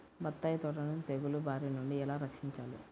బత్తాయి తోటను తెగులు బారి నుండి ఎలా రక్షించాలి?